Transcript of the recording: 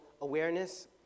awareness